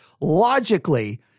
logically